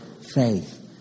faith